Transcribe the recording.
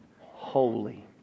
Holy